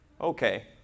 okay